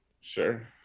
Sure